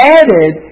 added